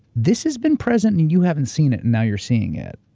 this has been present and you haven't seen it, and now you're seeing it,